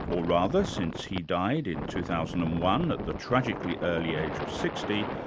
or rather, since he died in two thousand and one at the tragically early age of sixty,